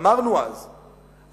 אמרנו אז שתשנו,